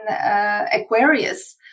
Aquarius